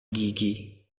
gigi